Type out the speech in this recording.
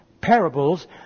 parables